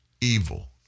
evil